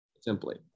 simply